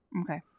Okay